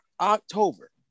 October